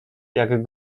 jak